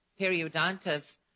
periodontists